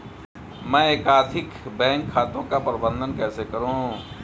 मैं एकाधिक बैंक खातों का प्रबंधन कैसे करूँ?